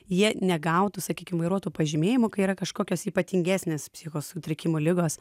jie negautų sakykim vairuotojo pažymėjimo kai yra kažkokios ypatingesnės psichikos sutrikimo ligos